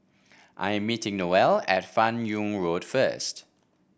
I am meeting Noelle at Fan Yoong Road first